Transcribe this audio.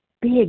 big